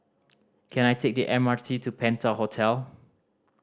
can I take the M R T to Penta Hotel